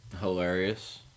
Hilarious